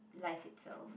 life itself